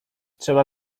trzeba